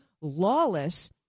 lawless